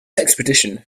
expedition